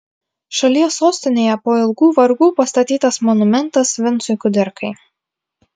šalies sostinėje po ilgų vargų pastatytas monumentas vincui kudirkai